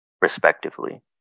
respectively